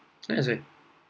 nice eh